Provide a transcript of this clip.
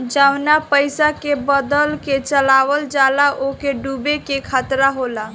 जवना पइसा के बदल के चलावल जाला ओके डूबे के खतरा होला